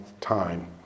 time